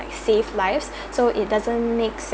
save lives so it doesn't mix